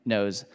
Knows